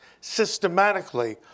systematically